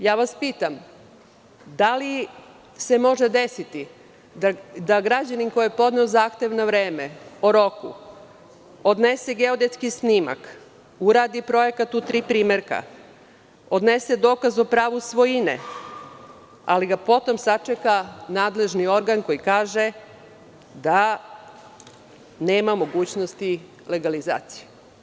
Pitam vas – da li se može desiti da građanin koji je podneo zahtev na vreme, o roku, odnese geodetski snimak, uradi projekat u tri primerka, odnese dokaz o pravu svojine, ali ga potom sačeka nadležni organ koji kaže da nema mogućnosti legalizacije?